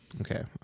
Okay